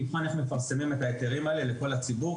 אנחנו נבחן איך מפרסמים את ההיתרים האלה לכל הציבור.